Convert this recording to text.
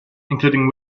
including